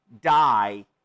die